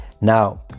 Now